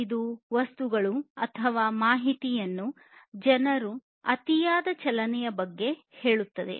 ಇದು ವಸ್ತುಗಳು ಅಥವಾ ಮಾಹಿತಿಯಿಂದ ಜನರ ಅತಿಯಾದ ಚಲನೆಯ ಬಗ್ಗೆ ಹೇಳುತ್ತದೆ